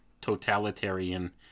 totalitarian